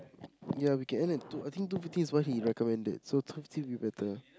ya we can end at two I think two fifteen is what he recommended so two fifteen we better